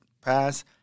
pass